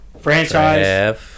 franchise